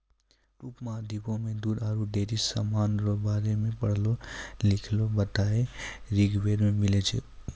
उपमहाद्वीप मे दूध आरु डेयरी समान रो बारे मे पढ़लो लिखलहा बात ऋग्वेद मे मिलै छै